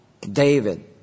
David